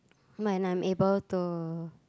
when I'm able to